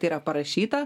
tai yra parašyta